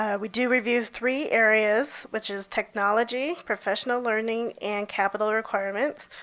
ah we do review three areas, which is technology, professional learning, and capital requirements.